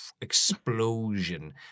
explosion